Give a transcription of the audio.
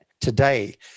today